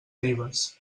ribes